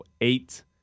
eight